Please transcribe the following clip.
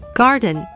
garden